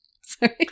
Sorry